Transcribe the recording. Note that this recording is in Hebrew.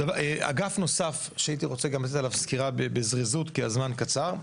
אגף נוסף שהייתי רוצה לעשות עליו סקירה בזריזות כי הזמן קצר,